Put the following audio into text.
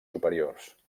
superiors